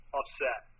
upset